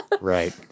Right